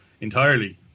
entirely